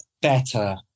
better